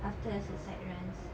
after a suicide runs